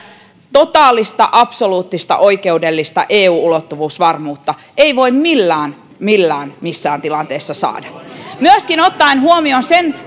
totaalista absoluuttista oikeudellista eu ulottuvuusvarmuutta ei voi millään millään missään tilanteessa saada ottaen myöskin huomioon sen